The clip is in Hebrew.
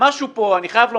אני חייב לומר,